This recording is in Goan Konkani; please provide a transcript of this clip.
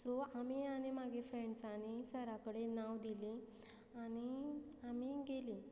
सो आमी आनी म्हागे फ्रेंड्सांनी सरा कडेन नांव दिलीं आनी आमी गेलीं